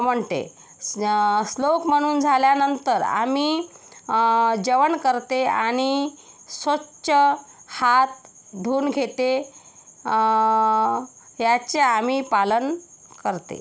म्हणते श्लोक म्हणून झाल्यानंतर आम्ही जेवण करते आणि स्वच्छ हात धुवून घेते याचे आम्ही पालन करते